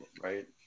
right